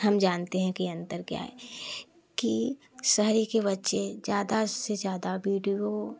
हम जानते हैं कि अंतर क्या है कि शहरी के बच्चे ज़्यादा से ज़्यादा विडियो